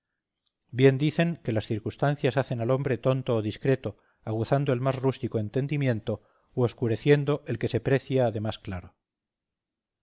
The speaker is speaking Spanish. bien dicen que las circunstancias hacen al hombre tonto o discreto aguzando el más rústico entendimiento u oscureciendo el que se precia de más claro